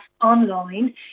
online